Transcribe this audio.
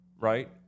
right